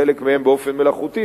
חלק מהם באופן מלאכותי,